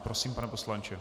Prosím, pane poslanče.